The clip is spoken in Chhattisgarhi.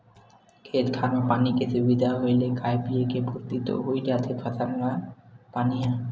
खेत खार म पानी के सुबिधा होय ले खाय पींए के पुरति तो होइ जाथे फसल पानी ह